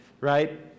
right